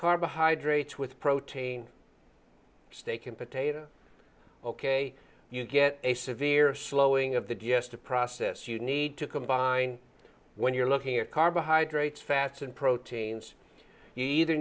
carbohydrates with protein steak and potatoes ok you get a severe slowing of the d s to process you need to combine when you're looking at carbohydrates fats and proteins either